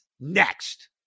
next